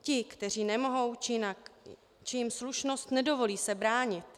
Ti, kteří nemohou, či jim slušnost nedovolí se bránit.